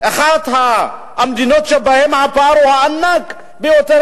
אחת המדינות שבהן הפער הוא הענק ביותר,